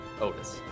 Otis